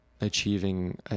achieving